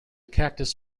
cactus